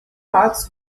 patos